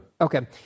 Okay